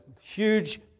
huge